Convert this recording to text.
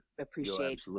appreciate